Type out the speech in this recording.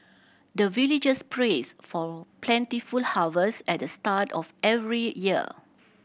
the villagers prays for plentiful harvest at the start of every year